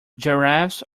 giraffes